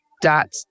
dot